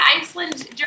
Iceland